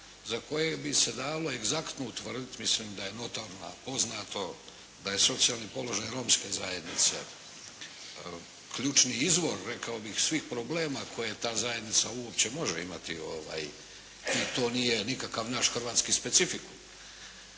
za koje bi se dalo egzaktno utvrditi, mislim da je notorno poznato da je socijalni položaj romske zajednice ključni izvor, rekao bih, svih problema koje ta zajednica uopće može imati, i to nije nikakav naš hrvatski specifikum.